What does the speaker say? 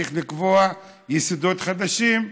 צריך לקבוע יסודות חדשים.